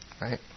right